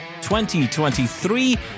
2023